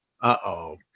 uh-oh